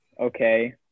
okay